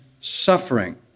suffering